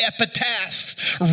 epitaph